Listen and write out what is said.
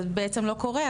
אבל בעצם לא קורה,